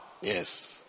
Yes